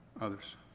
others